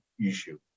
issue